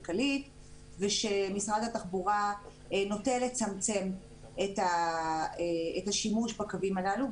כלכלית ושמשרד התחבורה נוטה לצמצם את השימוש בקווים הללו.